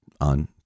on